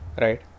Right